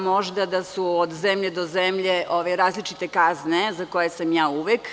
Možda da su od zemlje do zemlje različite kazne za koje sam ja uvek.